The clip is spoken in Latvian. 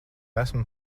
esmu